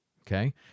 Okay